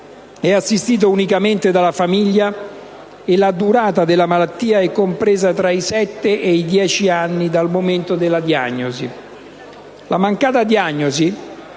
è assistito unicamente dalla famiglia e la durata della malattia è compresa tra i sette e i dieci anni dal momento della diagnosi.